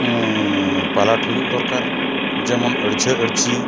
ᱯᱟᱞᱟᱴ ᱦᱩᱭᱩᱜ ᱫᱚᱨᱠᱟᱨ ᱡᱮᱢᱚᱱ ᱟᱹᱲᱡᱷᱟᱹ ᱟᱹᱲᱡᱷᱤ